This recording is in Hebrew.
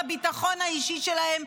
לא לביטחון האישי שלהם,